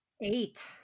eight